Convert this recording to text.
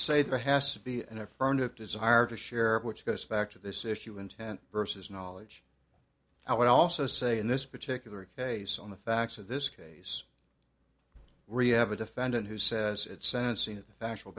say there has to be an affirmative desire to share which goes back to this issue intent versus knowledge i would also say in this particular case on the facts of this case riya have a defendant who says at sentencing a